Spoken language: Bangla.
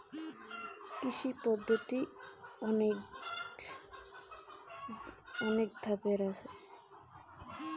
কৃষি পদ্ধতি কতগুলি জানতে চাই?